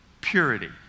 purity